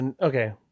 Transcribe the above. Okay